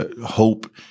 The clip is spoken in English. Hope